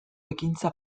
ekintza